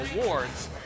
Awards